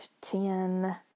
ten